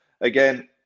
again